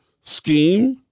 scheme